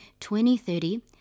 2030